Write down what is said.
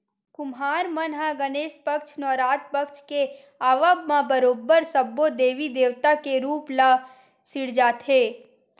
कुम्हार मन ह गनेस पक्छ, नवरात पक्छ के आवब म बरोबर सब्बो देवी देवता के रुप ल सिरजाथे